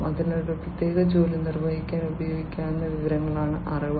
അതിനാൽ ഒരു പ്രത്യേക ജോലി നിർവഹിക്കാൻ ഉപയോഗിക്കാവുന്ന വിവരങ്ങളാണ് അറിവ്